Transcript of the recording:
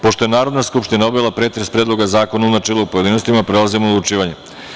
Pošto je Narodna skupština obavila pretres Predloga zakona u načelu i u pojedinostima, prelazimo na odlučivanje.